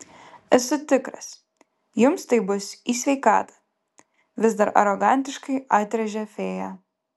esu tikras jums tai bus į sveikatą vis dar arogantiškai atrėžė fėja